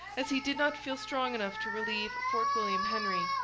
as he did not feel strong enough to relieve fort william henry.